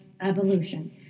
evolution